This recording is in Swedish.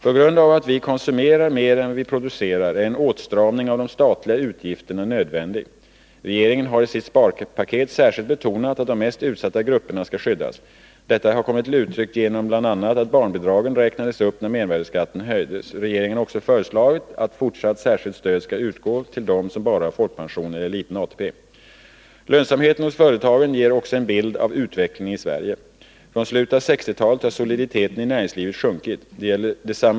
På grund av att vi f.n. konsumerar mer än vad vi producerar är en åtstramning av de statliga utgifterna nödvändig. Regeringen har i sitt sparpaket särskilt betonat att de mest utsatta grupperna skall skyddas. Detta har kommit till uttryck bl.a. genom att barnbidragen räknades upp när mervärdeskatten höjdes. Regeringen har också föreslagit att fortsatt särskilt stöd skall utgå till dem som bara har folkpension eller liten ATP. Lönsamheten hos företagen ger också en bild av utvecklingen i Sverige. Från slutet av 1960-talet har soliditeten i näringslivet sjunkit.